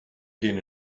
gehen